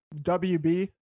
WB